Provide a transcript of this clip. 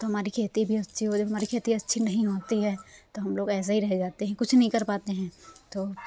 तो हमारी खेती भी अच्छी हो हमारी खेती भी अच्छी नहीं होती है तो हम लोग ऐसे ही रह जाते हैं कुछ नहीं कर पाते हैं तो